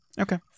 Okay